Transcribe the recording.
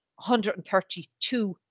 132